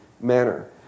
manner